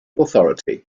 authority